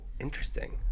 interesting